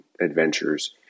adventures